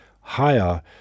higher